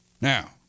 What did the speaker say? Now